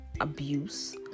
abuse